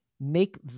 make